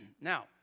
Now